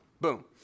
Boom